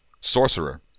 sorcerer